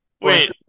Wait